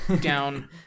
down